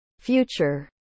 future